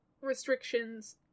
restrictions